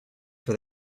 for